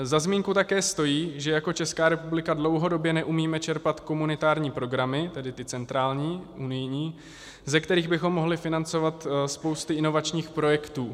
Za zmínku také stojí, že jako Česká republika dlouhodobě neumíme čerpat komunitární programy, tedy ty centrální, unijní, ze kterých bychom mohli financovat spousty inovačních projektů.